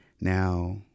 Now